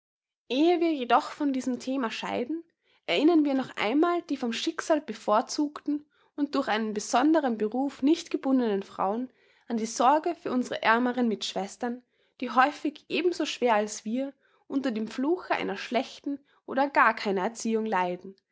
ehe wir jedoch von diesem thema scheiden erinnern wir noch einmal die vom schicksal bevorzugten und durch einen besonderen beruf nicht gebundenen frauen an die sorge für unsere ärmeren mitschwestern die häufig eben so schwer als wir unter dem fluche einer schlechten oder gar keiner erziehung leiden